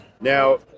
Now